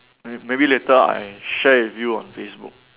may~ maybe later I share with you on Facebook